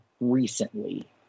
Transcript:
recently